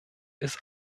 ist